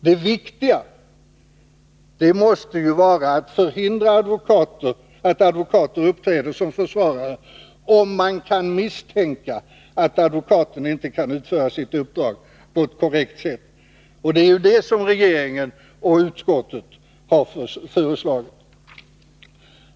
Det viktiga måste ju vara att förhindra att advokater uppträder som försvarare, om man kan misstänka att de inte kan utföra sitt uppdrag på korrekt sätt, och det är det som regeringen och utskottet har föreslagit.